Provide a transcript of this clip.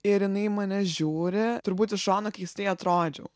ir jinai į mane žiūri turbūt iš šono keistai atrodžiau